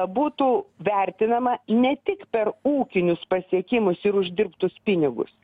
būtų vertinama ne tik per ūkinius pasiekimus ir uždirbtus pinigus